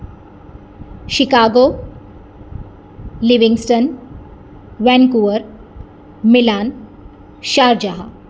Chicago Livingston Vancouver Milan Sharjah